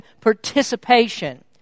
participation